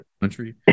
country